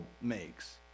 makes